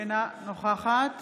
אינה נוכחת